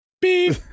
beep